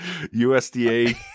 USDA